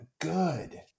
good